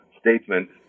statement